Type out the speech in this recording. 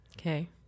Okay